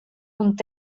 und